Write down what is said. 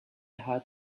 had